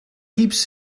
keeps